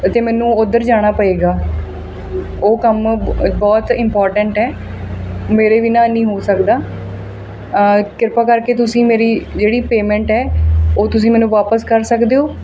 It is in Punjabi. ਅਤੇ ਮੈਨੂੰ ਉੱਧਰ ਜਾਣਾ ਪਏਗਾ ਉਹ ਕੰਮ ਬਹੁਤ ਇੰਪੋਰਟੈਂਟ ਹੈ ਮੇਰੇ ਬਿਨਾਂ ਨਹੀਂ ਹੋ ਸਕਦਾ ਕਿਰਪਾ ਕਰਕੇ ਤੁਸੀਂ ਮੇਰੀ ਜਿਹੜੀ ਪੇਮੈਂਟ ਹੈ ਉਹ ਤੁਸੀਂ ਮੈਨੂੰ ਵਾਪਸ ਕਰ ਸਕਦੇ ਹੋ